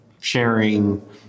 sharing